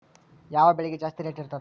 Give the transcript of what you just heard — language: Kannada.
ಯಾವ ಬೆಳಿಗೆ ಜಾಸ್ತಿ ರೇಟ್ ಇರ್ತದ?